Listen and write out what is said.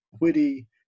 witty